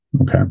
Okay